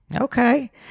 okay